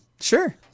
Sure